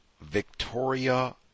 Victoria